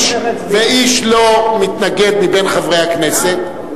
ואיש לא מתנגד בין חברי הכנסת,